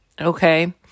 okay